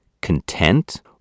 content